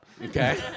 Okay